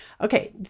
Okay